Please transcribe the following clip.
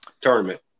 tournament